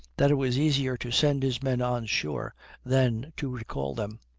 that it was easier to send his men on shore than to recall them.